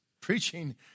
preaching